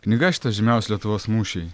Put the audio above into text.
knyga šita žymiausi lietuvos mūšiai